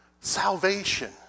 salvation